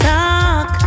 talk